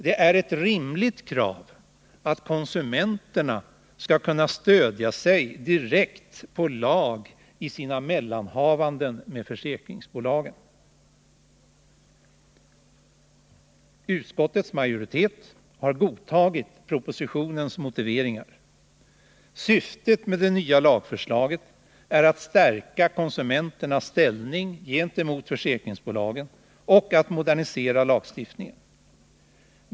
Det är ett rimligt krav att konsumenterna skall kunna stödja sig direkt på lag i sina mellanhavanden med försäkringsbolagen. Utskottets majoritet har godtagit propositionens motiveringar. Syftet med det nya lagförslaget är att stärka konsumenternas ställning gentemot försäkringsbolagen och att modernisera lagstiftningen.